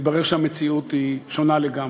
מתברר שהמציאות היא שונה לגמרי.